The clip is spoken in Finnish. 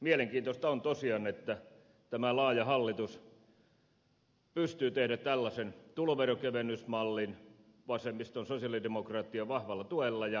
mielenkiintoista on tosiaan että tämä laaja hallitus pystyy tekemään tällaisen tuloveronkevennysmallin vasemmiston sosialidemokraattien vahvalla tuella ja lainarahalla